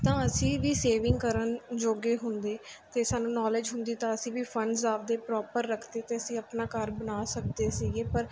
ਤਾਂ ਅਸੀਂ ਵੀ ਸੇਵਿੰਗ ਕਰਨ ਜੋਗੇ ਹੁੰਦੇ ਅਤੇ ਸਾਨੂੰ ਨੌਲੇਜ ਹੁੰਦੀ ਤਾਂ ਅਸੀਂ ਵੀ ਫੰਡਸ ਆਪਦੇ ਪ੍ਰੋਪਰ ਰੱਖਦੇ ਅਤੇ ਅਸੀਂ ਆਪਣਾ ਘਰ ਬਣਾ ਸਕਦੇ ਸੀਗੇ ਪਰ